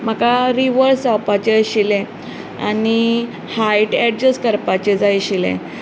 म्हाका रिवर्स जावपाचें आशिल्लें आनी हायट एडजस्ट करपाचें जाय आशिल्लें